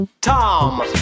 Tom